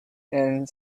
and